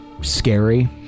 scary